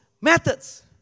methods